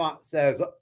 says